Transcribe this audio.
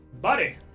buddy